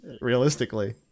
realistically